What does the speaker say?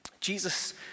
Jesus